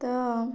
ତ